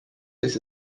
this